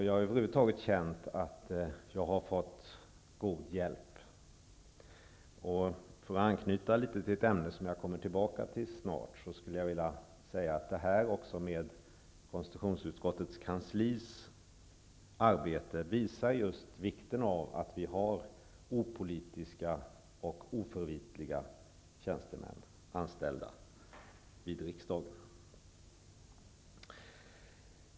Jag har över huvud taget känt att jag har fått god hjälp. För att anknyta till ett ämne som jag kommer tillbaka till snart, skulle jag vilja säga att det arbete utskottets kanslipersonal utför, visar just vikten av att vi har opolitiska och oförvitliga tjänstemän anställda vid riksdagen.